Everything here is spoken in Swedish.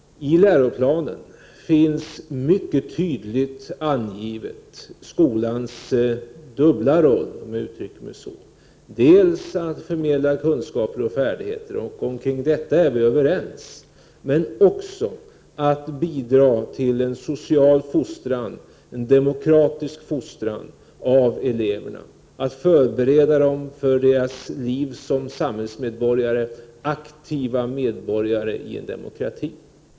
I läroplanen anges mycket tydligt skolans dubbla roll. Denna roll är dels att förmedla kunskaper och färdigheter, vilket vi är överens om, dels att bidra till en social fostran, en demokratisk fostran, av eleverna, att förbereda dem för deras liv som aktiva samhällsmedborgare i en demokrati.